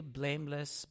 blameless